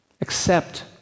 Accept